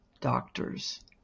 doctors